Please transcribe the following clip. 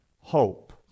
hope